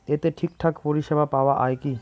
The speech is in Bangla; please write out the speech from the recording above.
এতে ঠিকঠাক পরিষেবা পাওয়া য়ায় কি?